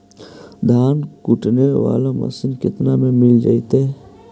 धान कुटे बाला मशीन केतना में मिल जइतै?